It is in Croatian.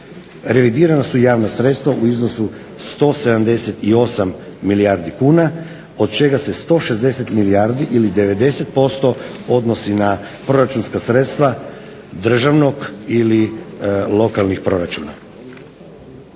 Revidirana su i javna sredstva u iznosu 178 milijardi kuna od čega se 160 milijardi ili 90% odnosni na proračunska sredstva državnog ili lokalnih proračuna.